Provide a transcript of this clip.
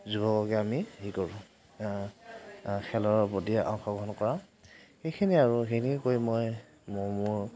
যুৱককে আমি হেৰি কৰোঁ খেলৰ প্ৰতিও সেইখিনিয়ে আৰু সেইখিনিকে কৰি মই মোৰ